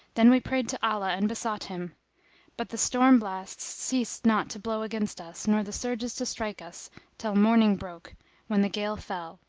then we prayed to allah and besought him but the storm blasts ceased not to blow against us nor the surges to strike us till morning broke when the gale fell,